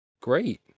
great